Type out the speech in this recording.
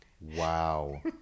Wow